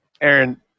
Aaron